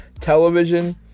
television